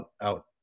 out